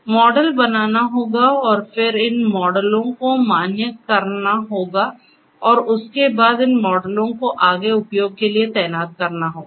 इसलिए मॉडल बनाना होगा और फिर इन मॉडलों को मान्य करना होगा और उसके बाद इन मॉडलों को आगे उपयोग के लिए तैनात करना होगा